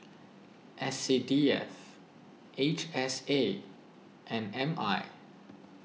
S C D F H S A and M I